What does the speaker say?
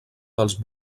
dels